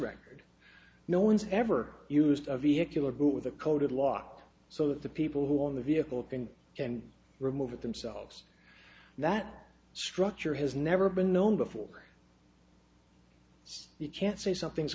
record no one's ever used a vehicle or two with a coded lock so that the people who own the vehicle can and remove it themselves that structure has never been known before it's you can't say something's